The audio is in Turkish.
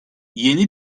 yeni